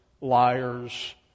liars